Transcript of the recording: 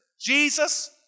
Jesus